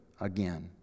again